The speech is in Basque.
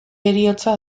heriotza